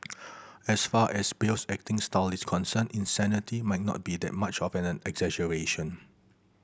as far as Bale's acting style is concerned insanity might not be that much of an exaggeration